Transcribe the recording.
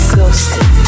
ghosted